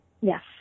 yes